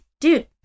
dude